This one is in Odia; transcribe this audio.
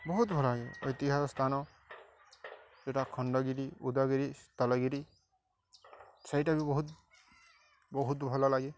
ବହୁତ ଭଲଲାଗେ ଐତିହାସ ସ୍ଥାନ ଯେଉଁଟା ଖଣ୍ଡଗିରି ଉଦୟଗିରି ତାଲାଗିରି ସେଇଟା ବି ବହୁତ ବହୁତ ଭଲଲାଗେ